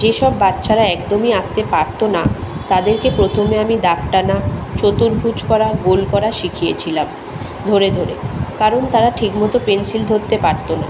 যেসব বাচ্ছারা একদমই আঁকতে পারত না তাদেরকে প্রথমে আমি দাগ টানা চতুর্ভুজ করা গোল করা শিখিয়েছিলাম ধরে ধরে কারণ তারা ঠিকমতো পেন্সিল ধরতে পারত না